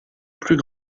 plus